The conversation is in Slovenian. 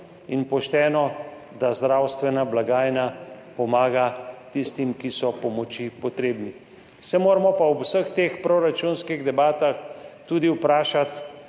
in pošteno, da zdravstvena blagajna pomaga tistim, ki so pomoči potrebni. Se moramo pa ob vseh teh proračunskih debatah tudi vprašati,